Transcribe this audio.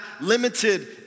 limited